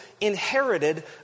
inherited